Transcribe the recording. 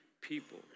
people